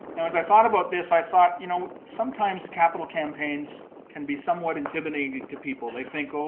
now, as i thought about this, i thought, you know sometimes capital campaigns can be somewhat intimidating to people. they think, oh,